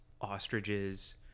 ostriches